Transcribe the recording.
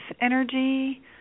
energy